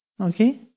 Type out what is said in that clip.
okay